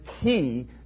key